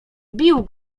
bił